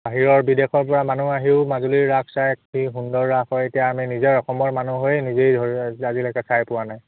বাহিৰৰ বিদেশৰপৰা মানুহ আহিও মাজুলীৰ ৰাস চায়হি সুন্দৰ ৰাস হয় এতিয়া আমি নিজৰ অসমৰ মানুহ হৈয়ে নিজেই ধৰি ল আজিলৈকে চাই পোৱা নাই